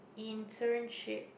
internship